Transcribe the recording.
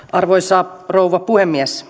arvoisa rouva puhemies